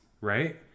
right